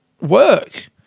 work